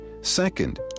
Second